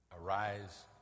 arise